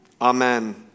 amen